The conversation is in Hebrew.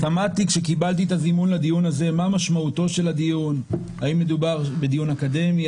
האם מדובר בדיון אקדמי,